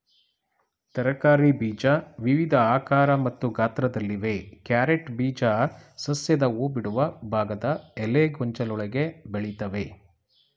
ತರಕಾರಿ ಬೀಜ ವಿವಿಧ ಆಕಾರ ಮತ್ತು ಗಾತ್ರದಲ್ಲಿವೆ ಕ್ಯಾರೆಟ್ ಬೀಜ ಸಸ್ಯದ ಹೂಬಿಡುವ ಭಾಗದ ಎಲೆಗೊಂಚಲೊಳಗೆ ಬೆಳಿತವೆ